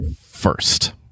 first